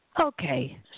Okay